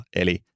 eli